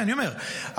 אני אומר,